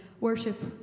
worship